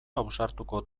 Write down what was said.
ausartuko